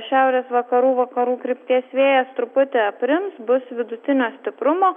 šiaurės vakarų vakarų krypties vėjas truputį aprims bus vidutinio stiprumo